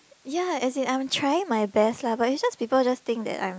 ya as in I'm trying my best lah but it's just people just think that I'm